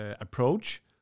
approach